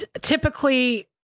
typically